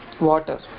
water